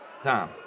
Tom